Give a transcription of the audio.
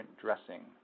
dressing